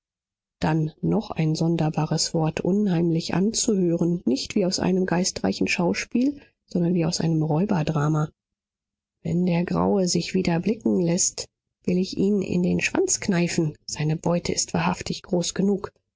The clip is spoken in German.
dann noch ein sonderbares wort unheimlich anzuhören nicht wie aus einem geistreichen schauspiel sondern wie aus einem räuberdrama wenn der graue sich wieder blicken läßt will ich ihn in den schwanz kneifen seine beute ist wahrhaftig groß genug